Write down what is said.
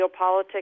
geopolitics